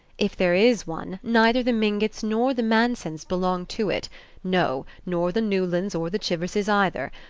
if there is one, neither the mingotts nor the mansons belong to it no, nor the newlands or the chiverses either.